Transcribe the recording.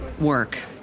work